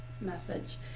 message